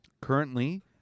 Currently